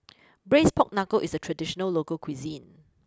Braised Pork Knuckle is a traditional local cuisine